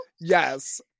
yes